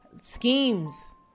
schemes